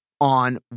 on